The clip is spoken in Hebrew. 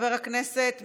חבר הכנסת מרגי,